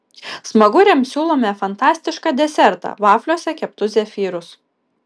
smaguriams siūlome fantastišką desertą vafliuose keptus zefyrus